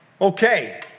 Okay